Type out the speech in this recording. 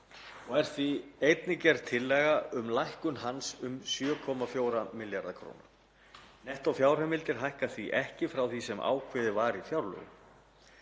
og er því einnig gerð tillaga um lækkun hans um 7,4 milljarða kr. Nettófjárheimildir hækka því ekki frá því sem ákveðið var í fjárlögum.